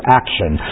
action